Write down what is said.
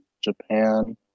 japan